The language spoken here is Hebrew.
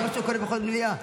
זה מה שקורה בכל מליאה.